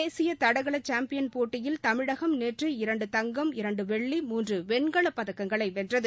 தேசிய தடகள சாம்பியன் போட்டியில் தமிழகம் நேற்று இரண்டு தங்கம் இரண்டு வெள்ளி மூன்று வெண்கலப்பதக்கங்களை வென்றது